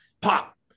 Pop